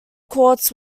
courts